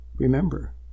Remember